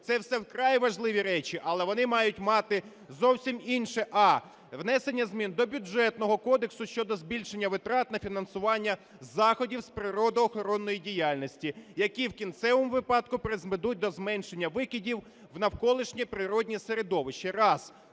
це все вкрай важливі речі. Але вони мають мати зовсім інше: а) внесення змін до Бюджетного кодексу щодо збільшення витрат на фінансування заходів з природоохоронної діяльності, які в кінцевому випадку призведуть до зменшення викидів в навколишнє природне середовище.